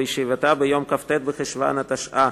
בישיבתה ביום כ"ט בחשוון התש"ע,